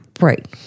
right